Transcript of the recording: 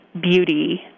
beauty